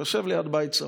שיושב ליד בית שרוף.